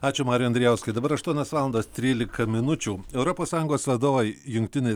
ačiū mariui andrijauskui dabar aštuonios valandos trylika minučių europos sąjungos vadovai jungtinei